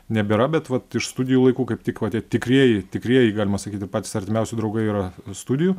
nebėra bet vat iš studijų laikų kaip tik va tie tikrieji tikrieji galima sakyt ir patys artimiausi draugai yra studijų